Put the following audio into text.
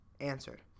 answered